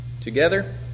together